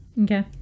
Okay